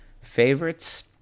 favorites